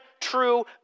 true